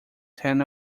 ten